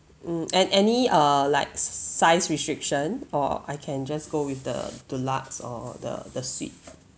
mm an any uh like size restriction or I can just go with the deluxe or the the suite